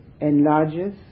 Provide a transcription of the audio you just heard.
enlarges